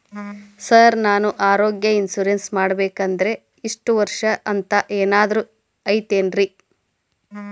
Sir ನಾನು ಆರೋಗ್ಯ insurance ಮಾಡಿಸ್ಬೇಕಂದ್ರೆ ಇಷ್ಟ ವರ್ಷ ಅಂಥ ಏನಾದ್ರು ಐತೇನ್ರೇ?